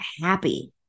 happy